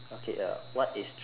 okay uh what is